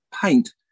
paint